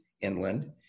inland